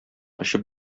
очып